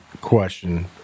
question